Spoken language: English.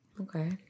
Okay